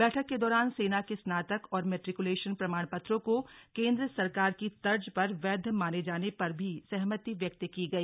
बैठक के दौरान सेना के स्नातक और मैट्रिकुलेशन प्रमाण पत्रों को केन्द्र सरकार की तर्ज पर वैध माने जाने पर भी सहमति व्यक्त की गई